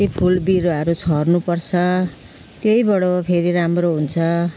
कति फुल बिरुवाहरू छर्नुपर्छ त्यहीबाट फेरि राम्रो हुन्छ